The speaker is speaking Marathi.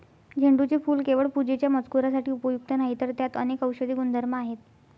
झेंडूचे फूल केवळ पूजेच्या मजकुरासाठी उपयुक्त नाही, तर त्यात अनेक औषधी गुणधर्म आहेत